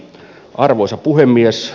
arvoisa puhemies